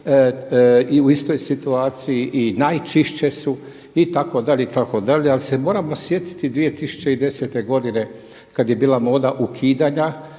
i u istoj situaciji i najčišće su, itd., itd.. Ali se moramo sjetiti 2010. godine kada je bila moda ukidanja